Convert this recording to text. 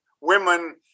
women